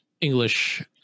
English